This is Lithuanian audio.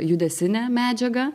judesine medžiaga